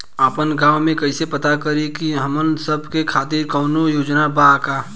आपन गाँव म कइसे पता करि की हमन सब के खातिर कौनो योजना बा का?